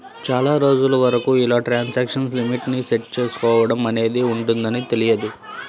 చాలా రోజుల వరకు ఇలా ట్రాన్సాక్షన్ లిమిట్ ని సెట్ చేసుకోడం అనేది ఉంటదని తెలియదు